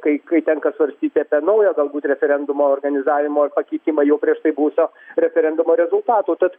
kai kai tenka svarstyti apie naujo galbūt referendumo organizavimo ir pakeitimą jau prieš tai buvusio referendumo rezultatų tad